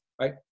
right